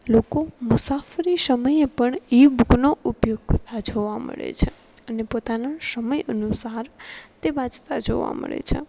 લોકો મુસાફરી સમયે પણ ઈ બુકનો ઉપયોગ કરતા જોવા મળે છે અને પોતાના સમય અનુસાર તે વાંચતા જોવા મળે છે